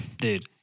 Dude